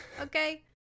Okay